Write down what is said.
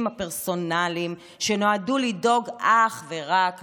הפרסונליים שנועדו לדאוג אך ורק לעצמכם: